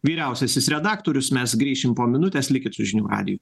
vyriausiasis redaktorius mes grįšim po minutės likit su žinių radiju